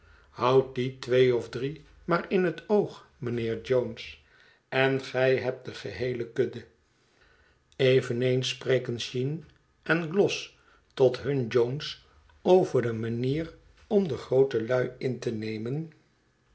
die twee of drie maar in het oog mijnheer jones en gij hebt de geheele kudde eveneens spreken sheen en gloss tot hun jones over de manier om de groote lui in te nemen